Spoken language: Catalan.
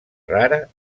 rara